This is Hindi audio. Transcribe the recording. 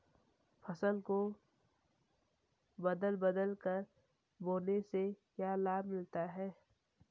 फसल को बदल बदल कर बोने से क्या लाभ मिलता है?